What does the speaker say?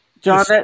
John